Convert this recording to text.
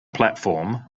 platform